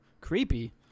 Creepy